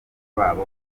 babo